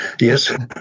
yes